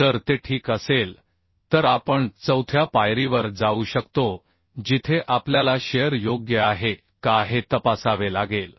जर ते ठीक असेल तर आपण चौथ्या पायरीवर जाऊ शकतो जिथे आपल्याला शिअर योग्य आहे का हे तपासावे लागेल